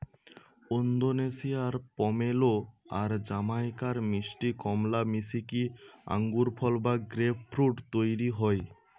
ওন্দোনেশিয়ার pomelo আর জামাইকার মিষ্টি কমলা মিশিকি আঙ্গুরফল বা গ্রেপফ্রূট তইরি হয়